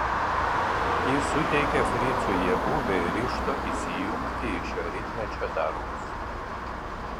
ji suteikė fricui jėgų bei ryžto įsijungti į šio rytmečio darbus